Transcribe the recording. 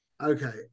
Okay